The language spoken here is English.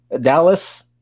dallas